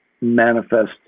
manifest